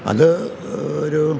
അത് ഒരു